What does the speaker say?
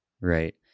Right